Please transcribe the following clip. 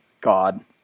God